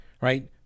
right